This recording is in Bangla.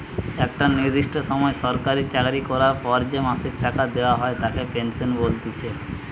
একটা নির্দিষ্ট সময় সরকারি চাকরি করার পর যে মাসিক টাকা দেওয়া হয় তাকে পেনশন বলতিছে